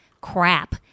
crap